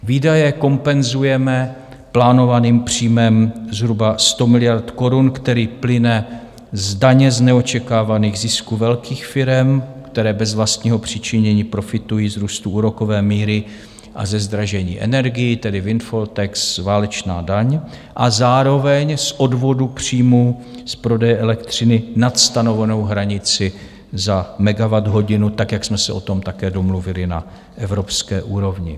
Výdaje kompenzujeme plánovaným příjmem zhruba 100 miliard korun, který plyne z daně z neočekávaných zisků velkých firem, které bez vlastního přičinění profitují z růstu úrokové míry a ze zdražení energií, tedy windfall tax, válečná daň, a zároveň z odvodu příjmů z prodeje elektřiny nad stanovenou hranici za megawatthodinu, jak jsme se o tom také domluvili na evropské úrovni.